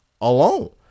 alone